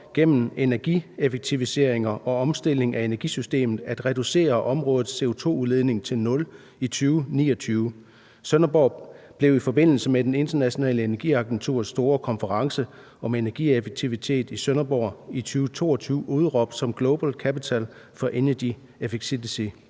gennem energieffektiviseringer og en omstilling af energisystemet at reducere områdets CO2-udledning til 0 i 2029. Sønderborg blev i forbindelse med Det Internationale Energiagenturs store konference om energieffektivitet i Sønderborg i 2022 udråbt som global capital for energy efficiency,